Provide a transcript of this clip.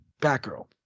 Batgirl